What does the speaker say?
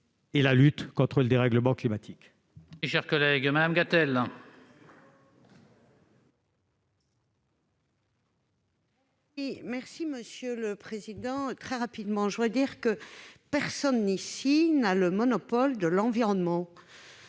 la lutte contre le dérèglement climatique.